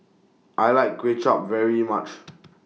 I like Kuay Chap very much